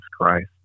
Christ